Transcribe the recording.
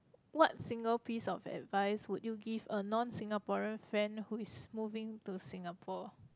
what single piece of advice would you give a non Singaporean friend who is moving to Singapore